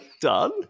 done